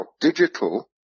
digital